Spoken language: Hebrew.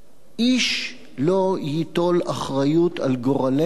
איש לא ייטול אחריות לגורלנו,